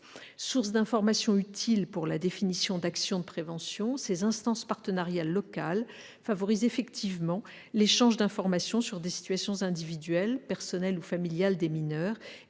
Sources d'informations utiles pour la définition d'actions de prévention, ces instances partenariales locales favorisent effectivement l'échange d'informations sur des situations individuelles, personnelles ou familiales de mineurs